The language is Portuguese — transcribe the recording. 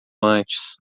antes